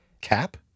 cap